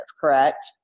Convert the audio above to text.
correct